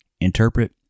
interpret